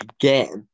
again